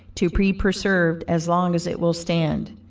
to be preserved as long as it will stand.